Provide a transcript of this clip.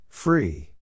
Free